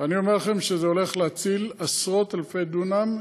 אני אומר לכם שזה הולך להציל עשרות-אלפי דונם,